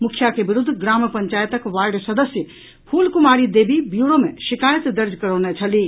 मुखिया के विरूद्व ग्राम पंचायतक वार्ड सदस्य फूल कुमारी देवी ब्यूरो मे शिकायत दर्ज करौने छलीह